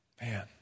Man